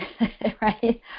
Right